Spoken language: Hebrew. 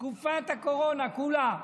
תקופת הקורונה כולה,